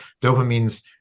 dopamine's